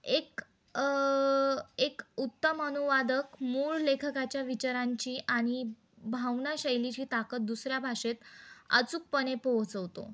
एक एक उत्तम अनुवादक मूळ लेखकाच्या विचारांची आणि भावनाशैलीची ताकद दुसऱ्या भाषेत अचूक पणे पोहोचवतो